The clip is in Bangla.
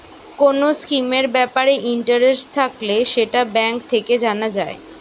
কোন স্কিমের ব্যাপারে ইন্টারেস্ট থাকলে সেটা ব্যাঙ্ক থেকে জানা যায়